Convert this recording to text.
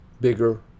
bigger